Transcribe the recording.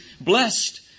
Blessed